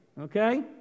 Okay